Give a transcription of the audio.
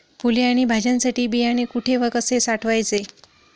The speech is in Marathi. फुले आणि भाज्यांसाठी बियाणे कुठे व कसे साठवायचे?